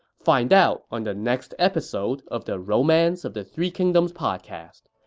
find out on the next episode of the romance of the three kingdoms podcast.